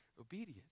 Obedience